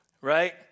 right